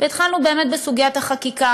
והתחלנו באמת בסוגיית החקיקה,